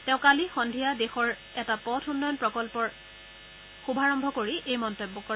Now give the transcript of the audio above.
তেওঁ কালি সন্ধিয়া দেশৰ এটা পথ উন্নয়ন প্ৰকল্পৰ শুভাৰভ কৰি এই মন্তব্য কৰে